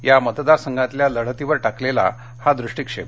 या मतदार संघातल्या लढतीवर टाकलेला हा दृष्टीक्षेप